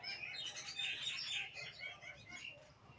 धानेर झार कुंडा मोटा होबार केते कोई स्प्रे करवा होचए?